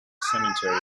cemetery